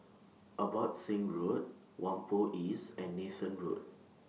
Abbotsingh Road Whampoa East and Nathan Road